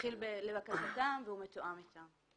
התחיל לבקשתם והוא מתואם איתם.